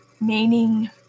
meaning